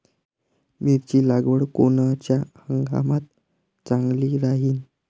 मिरची लागवड कोनच्या हंगामात चांगली राहीन?